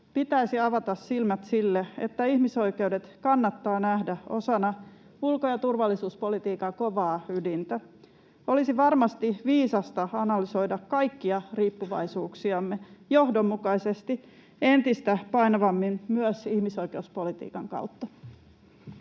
pitäisi avata silmät sille, että ihmisoikeudet kannattaa nähdä osana ulko- ja turvallisuuspolitiikan kovaa ydintä. Olisi varmasti viisasta analysoida kaikkia riippuvaisuuksiamme johdonmukaisesti entistä painavammin myös ihmisoikeuspolitiikan kautta.